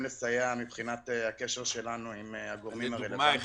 לסייע מבחינת הקשר שלו עם הגורמים הרלוונטיים לדוגמה,